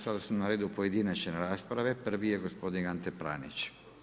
Sada su na redu pojedinačne rasprave, prvi je gospodin Ante Pranić.